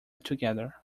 together